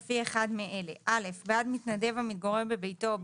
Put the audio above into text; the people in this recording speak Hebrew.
לפי אחד מאלה: בעד מתנדב המתגורר בביתו או